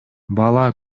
бала